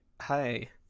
hi